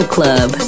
Club